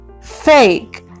fake